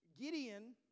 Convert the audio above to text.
Gideon